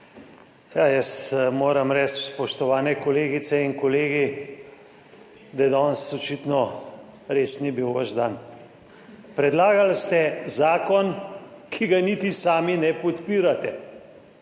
Jaz moram reči, spoštovane kolegice in kolegi, da danes očitno res ni bil vaš dan. Predlagali ste zakon, ki ga niti sami ne podpirate.